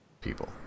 people